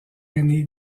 aîné